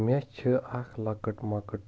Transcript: مےٚ چھِ اکھ لۄکٕٹ مۄکٕٹ